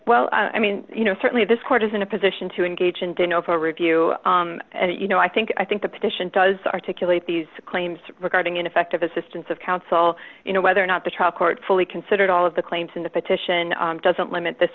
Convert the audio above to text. well i mean you know certainly this court is in a position to engage and to know for review and you know i think i think the petition does articulate these claims regarding ineffective assistance of counsel you know whether or not the trial court fully considered all of the claims in the petition doesn't limit this